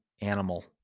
animal